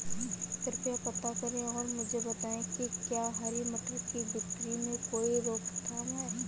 कृपया पता करें और मुझे बताएं कि क्या हरी मटर की बिक्री में कोई रोकथाम है?